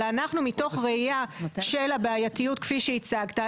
אלא אנחנו מתוך ראייה של הבעייתיות כפי שהצגת,